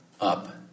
up